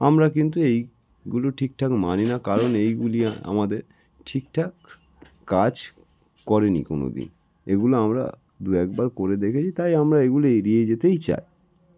আমরা কিন্তু এইগুলো ঠিকঠাক মানি না কারণ এইগুলি আমাদের ঠিকঠাক কাজ করেনি কোনও দিন এগুলো আমরা দু একবার করে দেখেছি তাই আমরা এইগুলো এড়িয়ে যেতেই চাই